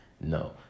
No